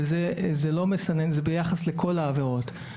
וזה לא מסנן, זה ביחס לכל העבירות.